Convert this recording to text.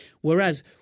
Whereas